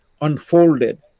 unfolded